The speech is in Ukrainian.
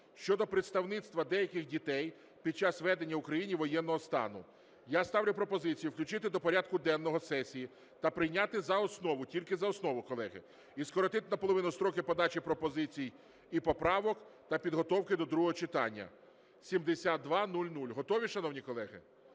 щодо представництва деяких дітей під час ведення в Україні воєнного стану. Я ставлю пропозицію включити до порядку денного сесії та прийняти за основу, тільки за основу, колеги, і скоротити наполовину строки подачі пропозицій і поправок та підготовки до другого читання (7200). Готові, шановні колеги?